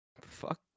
Fuck